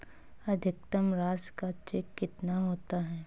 अधिकतम राशि का चेक कितना होता है?